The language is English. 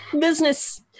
business